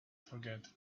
forget